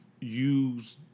use